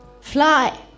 Fly